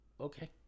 Okay